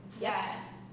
Yes